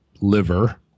liver